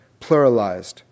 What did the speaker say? pluralized